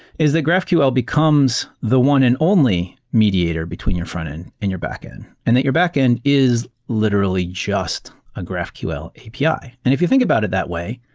is that graphql becomes the one and only mediator between your frontend in your backend, and that your backend is literally just a graphql api. yeah and if you think about it that way,